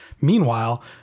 Meanwhile